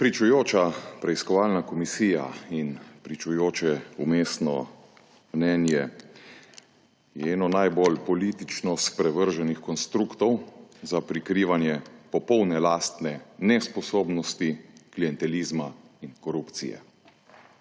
Pričujoča preiskovalna komisija in pričujoče vmesno mnenje je eno najbolj politično sprevrženih konstruktov za prikrivanje popolne lastne nesposobnosti, klientelizma in korupcije.